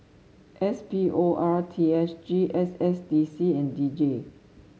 S P O R T S G S S D C and D J